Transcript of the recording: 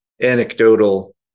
anecdotal